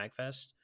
MAGFest